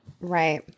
right